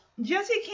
Jesse